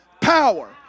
power